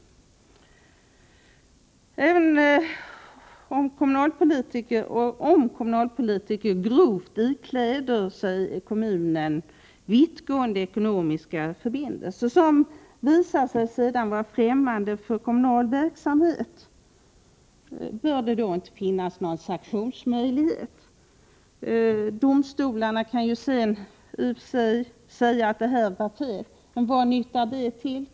Om kommunalpolitiker på grovt sätt ikläder kommunen vittgående ekonomiska förpliktelser som sedan visar sig vara främmande för kommunal verksamhet, bör det då inte finnas någon sanktionsmöjlighet? Domstolarna kani och för sig sedan säga att det var fel, men vad nyttar det?